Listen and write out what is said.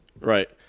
right